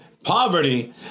Poverty